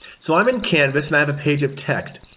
so i'm in canvas and i've a page of text.